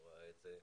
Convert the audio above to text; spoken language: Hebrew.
הוא ראה את זה,